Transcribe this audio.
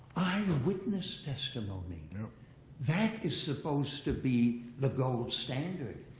eyewitness testimony, you know that is supposed to be the gold standard.